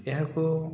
ଏହାକୁ